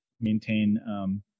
maintain